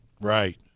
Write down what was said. Right